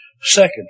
Second